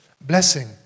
blessing